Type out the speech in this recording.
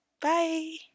Bye